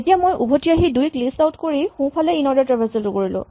এতিয়া মই উভটি আহি ২ ক লিষ্ট আউট কৰি সোঁফালে ইনঅৰ্ডাৰ ট্ৰেভাৰছেল টো কৰিলোঁ